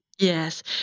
Yes